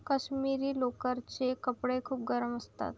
काश्मिरी लोकरचे कपडे खूप गरम असतात